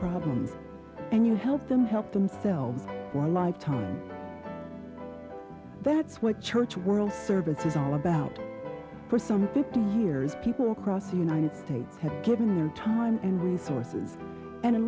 problems and you help them help themselves one lifetime that's what church world service is all about for some fifty years people cross the united states has given him time and resources and